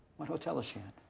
what hotel is she in?